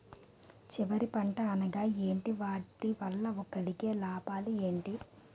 చివరి పంట అనగా ఏంటి వాటి వల్ల కలిగే లాభాలు ఏంటి